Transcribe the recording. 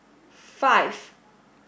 five